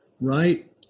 Right